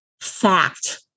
fact